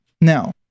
Now